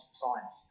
science